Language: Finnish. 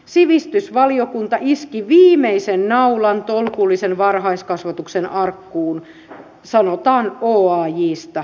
sivistysvaliokunta iski viimeisen naulan tolkullisen varhaiskasvatuksen arkkuun sanotaan oajstä